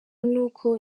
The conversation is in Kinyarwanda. n’uko